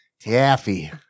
taffy